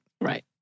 Right